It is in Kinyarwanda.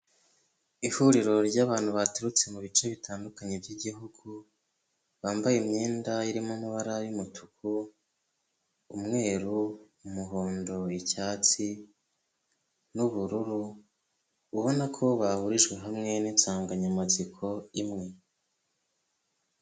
Ihuriro ry'abantu baturutse mu bice bitandukanye by'igihugu, bambaye imyenda irimo amabara y'umutuku, umweru, umuhondo, icyatsi n'ubururu, ubona ko bahurijwe hamwe n'insanganyamatsiko imwe.